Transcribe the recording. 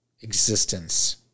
Existence